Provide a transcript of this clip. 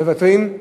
מוותרים?